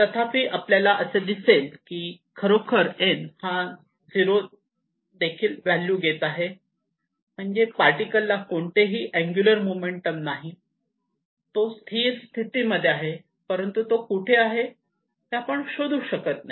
तथापि आपल्याला असे दिसेल की खरोखर n हा 0 ही देखील व्हॅल्यू घेत आहे म्हणजेच पार्टिकलला कोणतेही अँगुलर मोमेंटम नाही तो स्थिर स्थिती मध्ये आहे परंतु तो कुठे आहे हे आपण शोधू शकत नाही